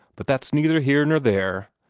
but that's neither here nor there.